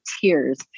tears